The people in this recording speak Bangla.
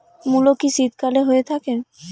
মূলো কি শীতকালে হয়ে থাকে?